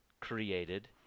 created